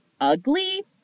ugly